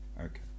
Okay